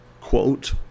quote